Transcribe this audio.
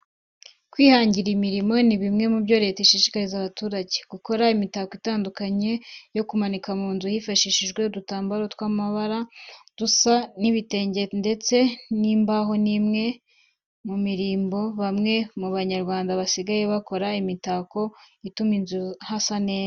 Kwihangira imirimo ni bimwe mu byo leta ishishikariza abaturage. Gukora imitako itandukanye yo kumanika mu nzu hifashishijwe udutambaro tw'amabara dusa n'ibitenge ndetse n'imbaho ni umwe mu mirimo bamwe mu Banyarwanda basigaye bakora. Imitako ituma mu nzu hasa neza.